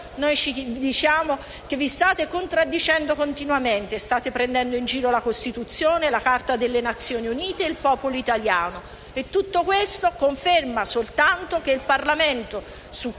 Vi state quindi contraddicendo continuamente e state prendendo in giro la Costituzione, la Carta delle Nazioni Unite e il popolo italiano. Tutto questo conferma soltanto che il Parlamento, sulla